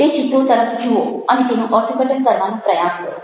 તે ચિત્રો તરફ જુઓ અને તેનું અર્થઘટન કરવાનો પ્રયાસ કરો